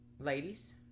ladies